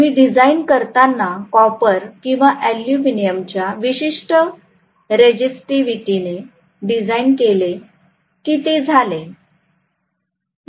मी design करताना copper किंवा एल्युमिनियमच्या विशिष्ट रेजिस्टीविटीने डिझाईन केले की ते झाले